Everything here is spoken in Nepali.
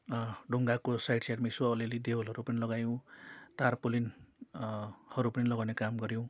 ढुङ्गाको साइड साइडमा यसो अलिअलि देवलहरू पनि लगायौँ तारपुलिन हरू पनि लगाउने काम गर्यौँ